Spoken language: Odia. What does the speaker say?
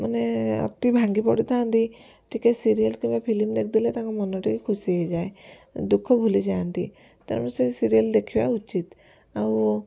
ମାନେ ଅତି ଭାଙ୍ଗି ପଡ଼ିଥାନ୍ତି ଟିକେ ସିରିଏଲ୍ କିମ୍ବା ଫିଲ୍ମ ଦେଖିଦେଲେ ତାଙ୍କ ମନ ଟିକେ ଖୁସି ହେଇଯାଏ ଦୁଃଖ ଭୁଲିଯାଆନ୍ତି ତେଣୁ ସେ ସିରିଏଲ୍ ଦେଖିବା ଉଚିତ୍ ଆଉ